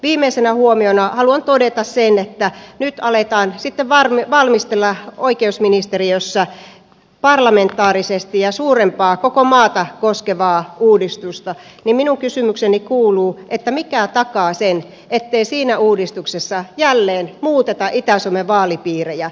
viimeisenä huomiona haluan todeta sen että kun nyt aletaan sitten valmistella oikeusministeriössä parlamentaarisesti suurempaa koko maata koskevaa uudistusta niin minun kysymykseni kuuluu että mikä takaa sen ettei siinä uudistuksessa jälleen muuteta itä suomen vaalipiirejä